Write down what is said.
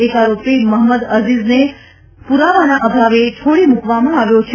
એક આરોપી મહંમદ અઝીઝને પુરાવાના અભાવે છોડી મૂકવામાં આવ્યો છે